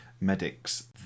medics